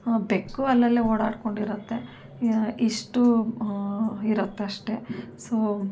ಬೆಕ್ಕು ಅಲ್ಲಲ್ಲೇ ಓಡಾಡಿಕೊಂಡು ಇರುತ್ತೆ ಇಷ್ಟು ಇರುತ್ತಷ್ಟೇ ಸೊ